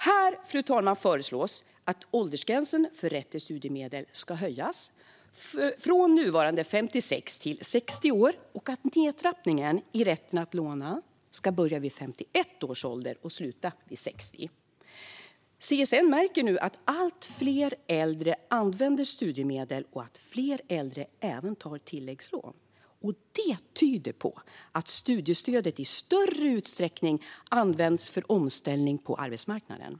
Här, fru talman, föreslås att åldersgränsen för rätt till studiemedel ska höjas från nuvarande 56 år till 60 år och att nedtrappningen i rätten att låna ska börja vid 51 års ålder och sluta vid 60. CSN märker nu att allt fler äldre använder studiemedel och att fler äldre även tar tilläggslån, och det tyder på att studiestödet i större utsträckning används för omställning på arbetsmarknaden.